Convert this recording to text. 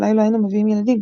אולי לא היינו מביאים ילדים",